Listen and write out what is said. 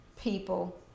people